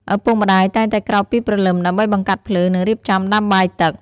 ឪពុកម្តាយតែងតែក្រោកពីព្រលឹម ដើម្បីបង្កាត់ភ្លើង និងរៀបចំដាំបាយទឹក។